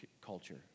culture